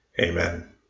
Amen